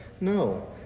No